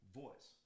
voice